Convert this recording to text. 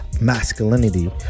masculinity